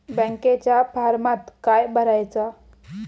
बँकेच्या फारमात काय भरायचा?